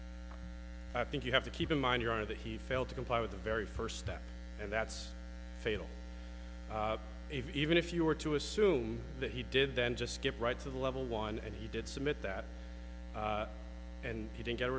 off i think you have to keep in mind here are the he failed to comply with the very first step and that's fatal if even if you were to assume that he did then just skip right to the level one and he did submit that and he didn't get a